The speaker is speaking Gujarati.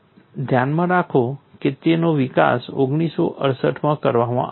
ધ્યાનમાં રાખો કે તેનો વિકાસ 1968 માં કરવામાં આવ્યો હતો